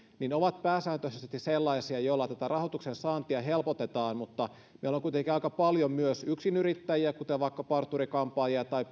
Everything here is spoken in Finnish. ovat pääsääntöisesti sellaisia joilla tätä rahoituksen saantia helpotetaan mutta meillä on kuitenkin aika paljon myös yksinyrittäjiä kuten vaikka parturi kampaajia tai